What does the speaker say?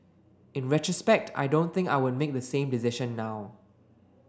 in retrospect I don't think I would make the same decision now